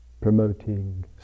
promoting